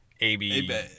AB